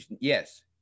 yes